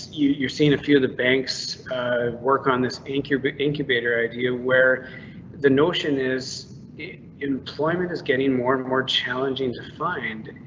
yeah you're seeing a few of the banks work on this anchor but incubator idea where the notion is employment is getting more and more challenging to find.